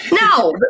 No